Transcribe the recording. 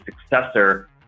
successor